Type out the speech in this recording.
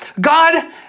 God